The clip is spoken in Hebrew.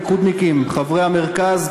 ליכודניקים חברי המרכז,